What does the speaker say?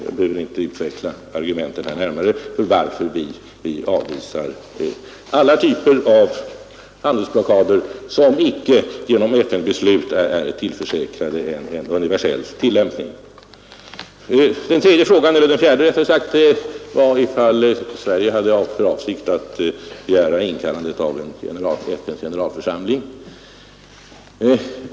Jag behöver här inte närmare utveckla argumenten för att vi avvisar alla typer av handelsblockader som icke genom FN-beslut är tillförsäkrade en universell tillämpning. Den a frågan var om Sverige hade för avsikt att begära inkallande av IN:s generalförsamling.